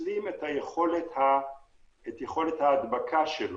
מחסלים את יכולת ההדבקה שלו,